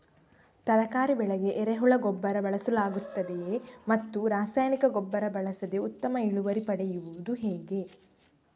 ತರಕಾರಿ ಬೆಳೆಗೆ ಎರೆಹುಳ ಗೊಬ್ಬರ ಬಳಸಲಾಗುತ್ತದೆಯೇ ಮತ್ತು ರಾಸಾಯನಿಕ ಗೊಬ್ಬರ ಬಳಸದೆ ಉತ್ತಮ ಇಳುವರಿ ಪಡೆಯುವುದು ಹೇಗೆ?